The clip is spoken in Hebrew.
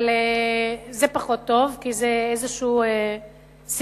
אבל זה פחות טוב, כי זה יוצר סרבול,